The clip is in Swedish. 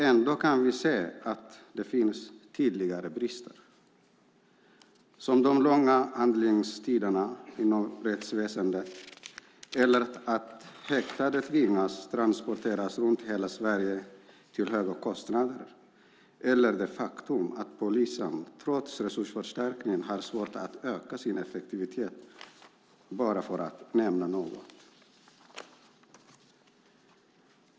Ändå kan vi se att det finns tydliga brister, som de långa handläggningstiderna inom rättsväsendet eller detta att häktade tvingas transporteras runt halva Sverige till höga kostnader. Det gäller också det faktum att polisen trots resursförstärkningar har svårt att öka sin effektivitet - bara för att nämna några brister.